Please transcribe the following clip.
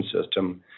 system